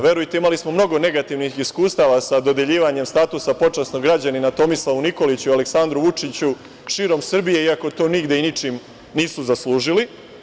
Verujte, imali smo mnogo negativnih iskustava sa dodeljivanjem statusa počasnog građanina Tomislavu Nikoliću i Aleksandru Vučiću širom Srbije, iako to nigde i ničim nisu zaslužili.